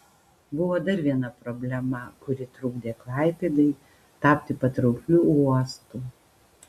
buvo dar viena problema kuri trukdė klaipėdai tapti patraukliu uostu